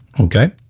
okay